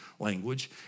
language